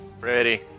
Ready